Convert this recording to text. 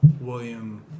William